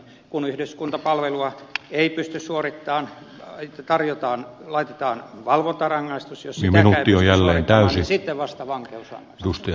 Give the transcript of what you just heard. kun yhdyskuntapalvelua ei pysty suorittamaan laitetaan valvontarangaistus ja jos sitäkään ei pysty suorittamaan niin sitten vasta annetaan vankeusrangaistus